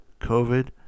COVID